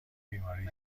بیماری